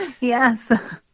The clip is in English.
Yes